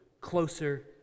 closer